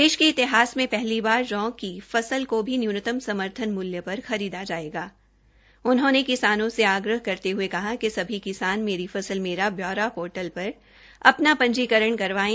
देश के इतिहास में पहली बार जौं की फसल को भी नयूनतम समर्थन मूल्य पर खरीदा जाएगा उन्होंने किसानों से आग्रह करते हए कहा कि सभी किसान मेरी फसल मेरा ब्यौरा पोर्टल पर अपना पंजीकरण करवाएं